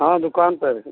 हाँ दुकान पर ही